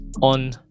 on